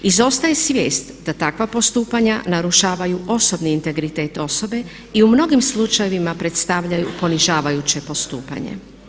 Izostaje svijest da takva postupanja narušavaju osobni integritet osobe i u mnogim slučajevima predstavljaju ponižavajuće postupanje.